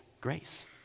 grace